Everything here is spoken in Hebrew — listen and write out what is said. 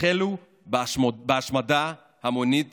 החלו בהשמדה המונית